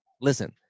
listen